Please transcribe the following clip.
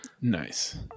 Nice